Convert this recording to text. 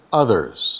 others